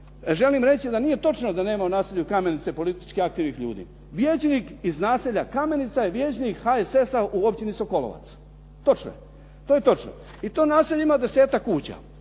Želim reći da nije točno da nema u naselju Kamenice politički aktivnih ljudi. Vijećnik iz naselja Kamenica je vijećnik HSS-a u općini Sokolovac. Točno, to je točno. I to naselje ima desetak kuća.